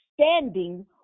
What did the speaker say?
standing